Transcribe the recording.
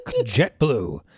JetBlue